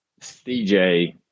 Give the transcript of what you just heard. CJ